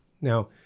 Now